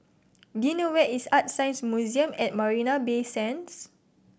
do you know where is ArtScience Museum at Marina Bay Sands